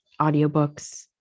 audiobooks